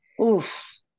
oof